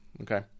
okay